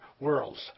worlds